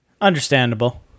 Understandable